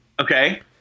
Okay